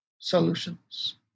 Solutions